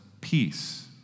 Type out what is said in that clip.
peace